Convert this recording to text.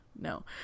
no